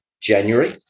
January